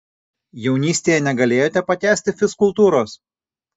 jaunystėje negalėjote pakęsti fizkultūros